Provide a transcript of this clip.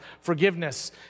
forgiveness